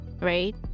right